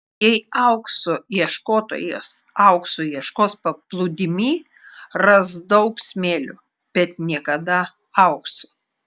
jei aukso ieškotojas aukso ieškos paplūdimy ras daug smėlio bet niekada aukso